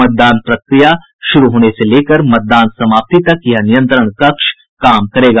मतदान प्रक्रिया शुरू होने से लेकर मतदान समाप्ति तक यह नियंत्रण कक्ष काम करेगा